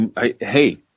hey